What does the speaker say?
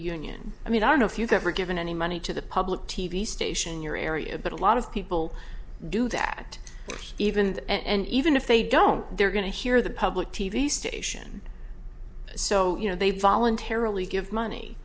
union i mean i don't know if you've ever given any money to the public t v station in your area but a lot of people do that even and even if they don't they're going to hear the public t v station so you know they voluntarily give money